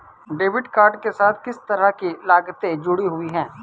Debit card के साथ किस तरह की लागतें जुड़ी हुई हैं?